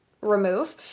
remove